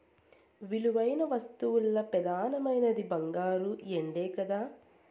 విలువైన వస్తువుల్ల పెదానమైనవి బంగారు, ఎండే కదా